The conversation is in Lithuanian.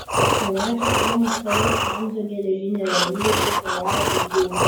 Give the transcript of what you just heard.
pamačius romos karius ramzio geležinė ramybė išgaravo kaip dūmas